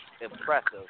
impressive